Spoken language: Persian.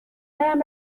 هایم